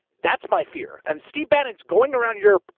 that's my fear. and steve bannon's going around your.